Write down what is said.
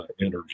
energy